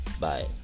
bye